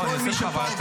לא נפריע לך.